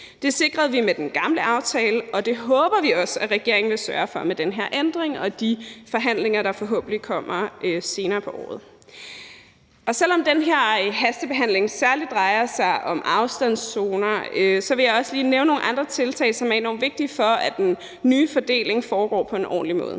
Det sikrede vi med den gamle aftale, og det håber vi også at regeringen vil sørge for med den her ændring og de forhandlinger, der forhåbentlig kommer senere på året. Selv om den her hastebehandling særligt drejer sig om afstandszoner, vil jeg også lige nævne nogle andre tiltag, som er enormt vigtige for, at den nye fordeling foregår på en ordentlig måde.